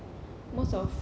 most of